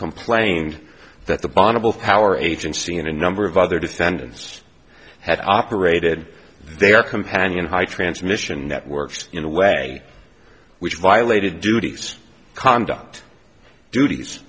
complained that the bonneville power agency and a number of other defendants had operated their companion high transmission networks in a way which violated duties conduct duties